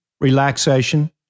relaxation